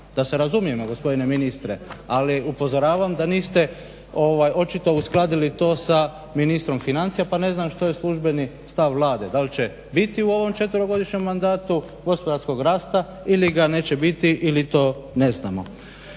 da se razumijemo gospodine ministre ali upozoravam da niste očito uskladili to sa ministrom financija pa ne znam što je službeni stav Vlade, da li će biti u ovom četverogodišnjem mandatu gospodarskog rasta ili ga neće biti ili to ne znamo.